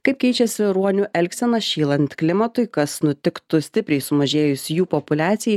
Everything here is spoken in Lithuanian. kaip keičiasi ruonių elgsena šylant klimatui kas nutiktų stipriai sumažėjus jų populiacijai